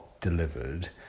delivered